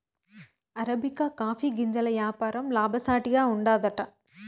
arabica coffee గింజల యాపారం లాభసాటిగా ఉండాదట